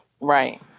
right